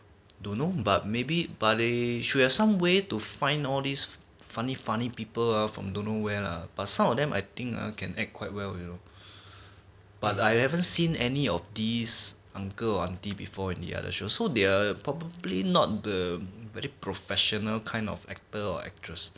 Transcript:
don't know but maybe but they should have some way to find all these funny funny people ah from don't know where lah but some of them I think ah can act quite well you know but I haven't seen any of these uncle or aunty before in the other shows so they are probably not the very professional kind of actor or actress